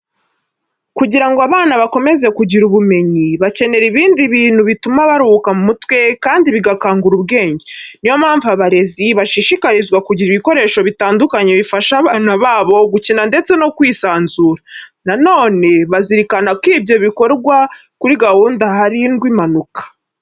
Kugira ngo abana bakomeze kugira ubumenyi, bakenera ibindi bintu bituma baruhuka mu mutwe kandi bigakangura ubwenge. Ni yo mpamvu abarezi, bashishikarizwa kugira ibikoresho bitandukanye bifasha abana babo gukina ndetse no kwisanzura. Na none bazirikana ko ibyo bikorwa kuri gahunda hirindwa impanuka.